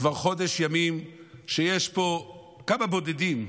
כבר חודש ימים שיש פה כמה בודדים,